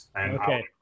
Okay